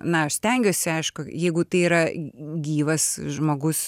na aš stengiuosi aišku jeigu tai yra gyvas žmogus